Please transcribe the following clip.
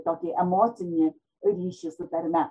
tokį emocinį ryšį su tarme